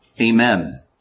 Amen